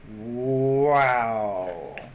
Wow